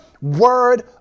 word